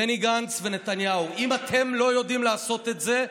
בני גנץ ונתניהו, אם אתם לא יודעים לעשות את זה,